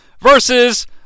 versus